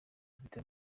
dufite